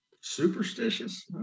Superstitious